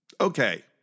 Okay